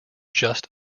just